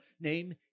name